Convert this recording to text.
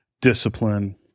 discipline